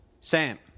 Sam